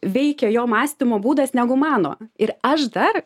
veikia jo mąstymo būdas negu mano ir aš dar